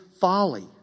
folly